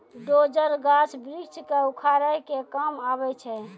dozer, गाछ वृक्ष क उखाड़े के काम आवै छै